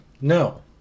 No